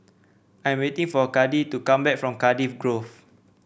I am waiting for Kade to come back from Cardiff Grove